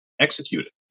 executed